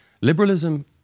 Liberalism